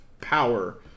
power